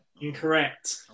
Incorrect